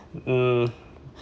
hmm